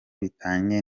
bitaniye